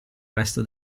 resto